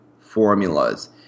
formulas